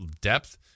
depth